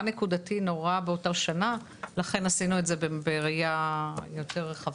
נקודתי לאותה שנה לכן עשינו את זה בראייה יותר רחבה.